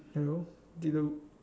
hello did the